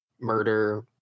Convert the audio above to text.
murder